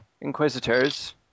inquisitors